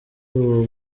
uwo